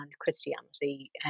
christianity